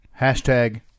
hashtag